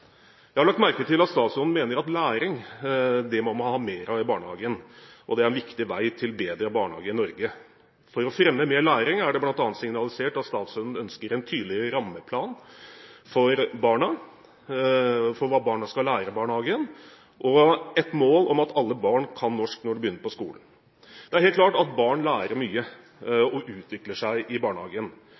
Jeg har lagt merke til at statsråden mener at læring må man ha mer av i barnehagen, og at det er en viktig vei til bedre barnehager i Norge. For å fremme mer læring er det bl.a. signalisert at statsråden ønsker en tydeligere rammeplan for hva barna skal lære i barnehagen, og har et mål om at alle barn skal kunne norsk når de begynner på skolen. Det er helt klart at barn lærer mye og utvikler seg i barnehagen.